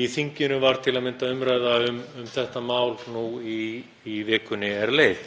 Í þinginu var til að mynda umræða um þetta mál í vikunni er leið.